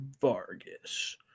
Vargas